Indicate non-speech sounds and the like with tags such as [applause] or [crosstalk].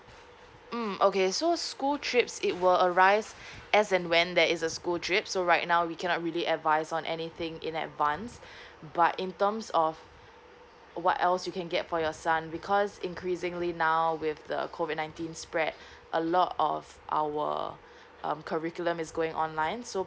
mm okay so school trips it will arise as and when there is a school trip so right now we cannot really advice on anything in advance [breath] but in terms of what else you can get for your son because increasingly now with the COVID nineteen spread a lot of our um curriculum is going online so